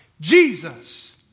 Jesus